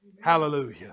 Hallelujah